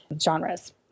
genres